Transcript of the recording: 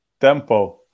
Tempo